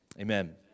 amen